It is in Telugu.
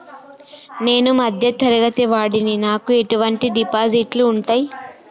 నేను మధ్య తరగతి వాడిని నాకు ఎటువంటి డిపాజిట్లు ఉంటయ్?